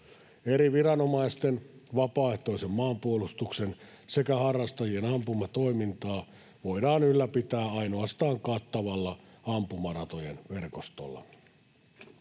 Eri viranomaisten, vapaaehtoisen maanpuolustuksen sekä harrastajien ampumatoimintaa voidaan ylläpitää ainoastaan kattavalla ampumaratojen verkostolla.